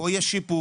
פה יש שיפור,